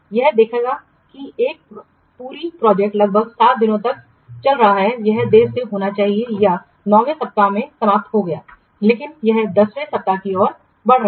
यह देखेगा कि एक पूरी प्रोजेक्ट लगभग 7 दिनों तक चल रहा है यह देर से होना चाहिए था 9 वें सप्ताह में समाप्त हो गया लेकिन यह 10 वें सप्ताह की ओर बढ़ रहा है